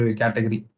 category